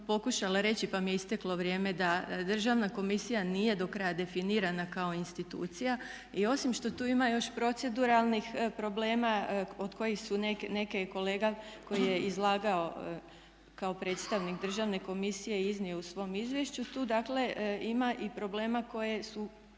reći, pa mi je isteklo vrijeme da Državna komisija nije do kraja definirana kao institucija. I osim što tu ima još proceduralnih problema od kojih su neke kolega koje je izlagao kao predstavnik Državne komisije iznio u svom izvješću. Tu dakle ima i problema koje su